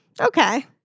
Okay